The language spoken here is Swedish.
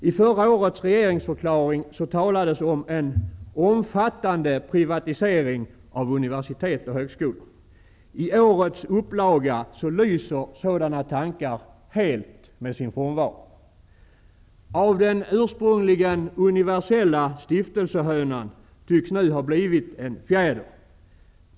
I förra årets regeringsförklaring talades om en omfattande privatisering av universitet och högskolor. I årets upplaga lyser sådana tankar helt med sin frånvaro. Av den ursprungligen universella stiftelsehönan tycks nu ha blivit en fjäder.